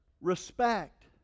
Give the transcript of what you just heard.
Respect